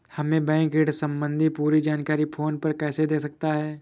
हमें बैंक ऋण संबंधी पूरी जानकारी फोन पर कैसे दे सकता है?